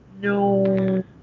no